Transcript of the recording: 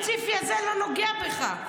המקרה הספציפי הזה לא נוגע לך.